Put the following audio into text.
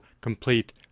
complete